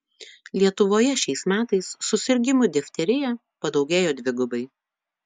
lietuvoje šiais metais susirgimų difterija padaugėjo dvigubai